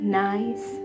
nice